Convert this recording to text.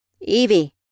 Evie